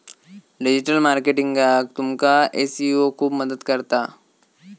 digital मार्केटिंगाक तुमका SEO खूप मदत करता